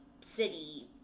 city